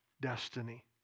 destiny